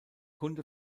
kunde